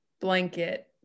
blanket